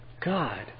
God